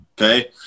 Okay